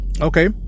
okay